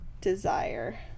Desire